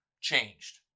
changed